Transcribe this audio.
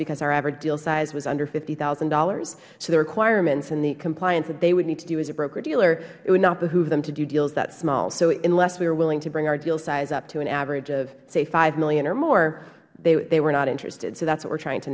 because our average deal size was under fifty thousand dollars so the requirements in the compliance that they would need to do as a brokerdealer it would not behoove them to do deals that small so unless we're willing to bring our deal size up to an average of say hmillion or more they were not interested so that's what we're trying to